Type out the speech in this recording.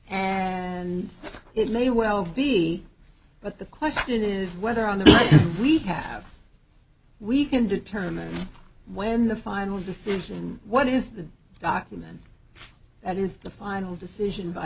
and it may well be but the question is whether on the we have we can determine when the final decision what is the document that is the final decision by